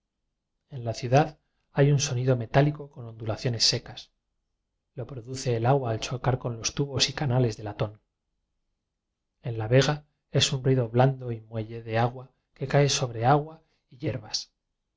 en la ciudad hay un sonido metáli co con ondulaciones secas lo produce el agua al chocar con los tubos y canales de latón en la vega es un ruido blando y muelle de agua que cae sobre agua y